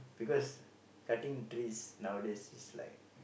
because cutting trees nowadays is like